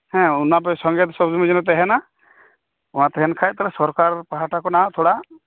ᱦᱮᱸ ᱟᱱᱟᱯᱮ ᱥᱚᱸᱜᱮ ᱥᱚᱵᱽ ᱥᱩᱢᱟᱹᱭ ᱡᱮᱱᱚ ᱛᱟᱦᱮᱸᱱᱟ ᱚᱱᱟ ᱛᱟᱦᱮᱸᱱ ᱠᱷᱟᱡ ᱛᱟᱦᱞᱮ ᱥᱚᱨᱠᱟᱨ ᱯᱟᱦᱴᱟ ᱠᱷᱚᱱᱟᱜ ᱛᱷᱚᱲᱟ